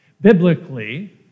Biblically